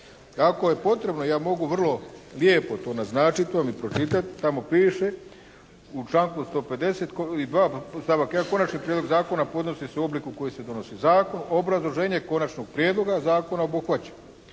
Ako je potrebno, ja mogu vrlo lijepo to naznačiti i to vam pročitati. Tamo piše u članku 152.: "Konačni prijedlog zakona podnosi se u obliku u kojem se donosi zakon. Obrazloženje konačnog prijedloga zakona obuhvaća